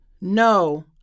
No